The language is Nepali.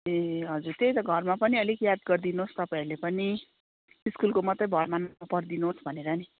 ए हजुर त्यही त घरमा पनि अलिक याद गरिदिनु होस् तपाईँहरूले पनि स्कुलको मात्रै भरमा नपरिदिनु होस् भनेर नि